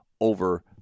over